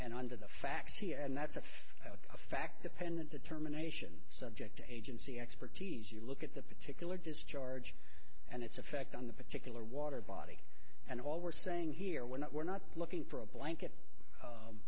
here and that's a fact the pendent determination subject agency expertise you look at a particular discharge and its effect on the particular water body and all we're saying here we're not we're not looking for a blanket